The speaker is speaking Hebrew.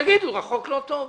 תגידו שהוא לא טוב,